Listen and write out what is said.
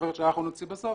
החוברת שאנחנו נוציא בסוף